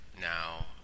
now